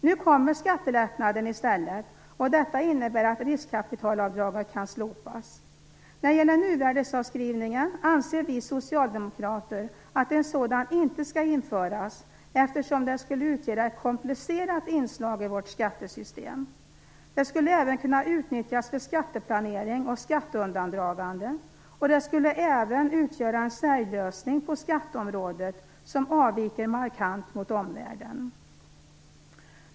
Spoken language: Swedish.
Nu kommer skattelättnaden i stället, och detta innebär att riskkapitalavdraget kan slopas. När det gäller nuvärdesavskrivningen anser vi socialdemokrater att en sådan inte skall införas eftersom det skulle utgöra ett komplicerat inslag i vårt skattesystem. Det skulle kunna utnyttjas för skatteplanering och skatteundandragande, och det skulle även utgöra en särlösning på skatteområdet som avviker markant mot omvärlden.